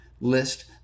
list